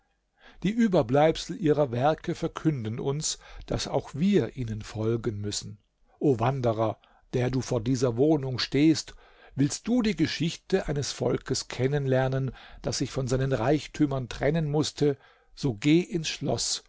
die überbleibsel ihrer werke verkünden uns daß auch wir ihnen folgen müssen o wanderer der du vor dieser wohnung stehst willst du die geschichte eines volks kennenlernen das sich von seinen reichtümern trennen mußte so geh ins schloß